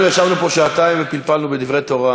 אנחנו ישבנו פה שעתיים ופלפלנו בדברי תורה,